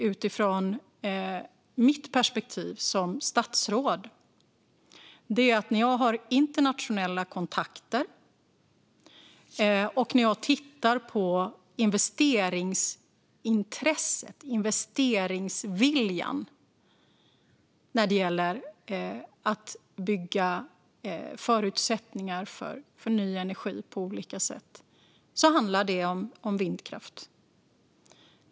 Utifrån mitt perspektiv som statsråd kan jag konstatera följande: När jag har internationella kontakter och när jag tittar på investeringsintresset och investeringsviljan när det gäller att bygga förutsättningar för ny energi på olika sätt handlar det om vindkraft.